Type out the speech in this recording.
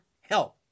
help